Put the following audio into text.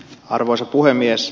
arvoisa puhemies